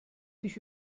dich